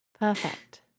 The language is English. Perfect